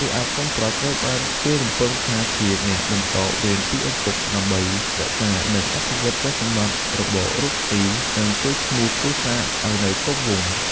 រីឯកូនប្រុសត្រូវបានគេរំពឹងថាជាអ្នកបន្តវេនពីឪពុក ដើម្បីរក្សា និងអភិវឌ្ឍទ្រព្យសម្បត្តិ របររកស៊ី និងកេរ្តិ៍ឈ្មោះគ្រួសារឱ្យនៅគង់វង្ស។